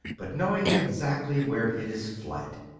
but knowing exactly where it is flat.